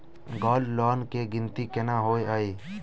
Gold loan केँ गिनती केना होइ हय?